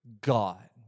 God